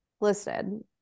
listed